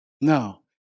No